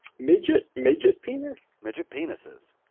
midget midget penis? midget penises.